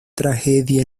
tragedia